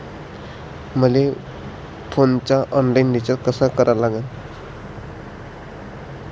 मले फोनचा online recharge कसा करा लागन?